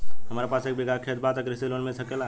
हमरा पास एक बिगहा खेत बा त कृषि लोन मिल सकेला?